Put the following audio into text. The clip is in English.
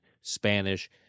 Spanish